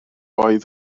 oedd